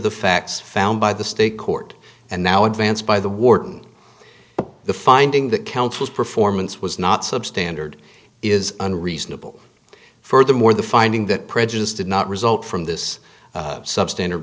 the facts found by the state court and now advanced by the warden the finding that counsels performance was not substandard is unreasonable furthermore the finding that prejudice did not result from this substandard